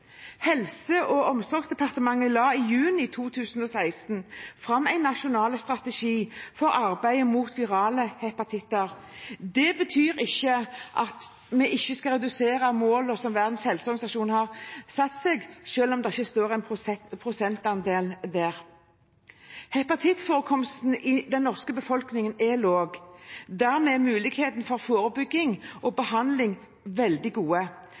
Helse- og omsorgsdepartementet la i juni 2016 fram en nasjonal strategi for arbeidet mot virale hepatitter. Det betyr ikke at vi skal redusere målet som Verdens helseorganisasjon har satt seg, selv om det ikke står en prosentandel der. Hepatittforekomsten i den norske befolkningen er lav. Dermed er muligheten for forebygging og behandling veldig